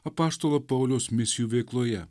apaštalo pauliaus misijų veikloje